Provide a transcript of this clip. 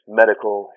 medical